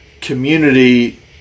Community